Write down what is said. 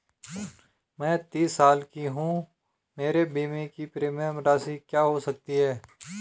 मैं तीस साल की हूँ मेरे बीमे की प्रीमियम राशि क्या हो सकती है?